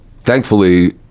thankfully